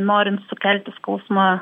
norint sukelti skausmą